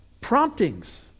Promptings